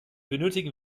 benötigen